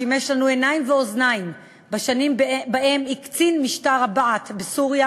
שימש לנו עיניים ואוזניים בשנים שבהן הקצין משטר הבעת' בסוריה